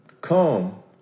come